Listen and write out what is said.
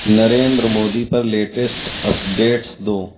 نریندر مودی پر latest updates دو